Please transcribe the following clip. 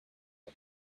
him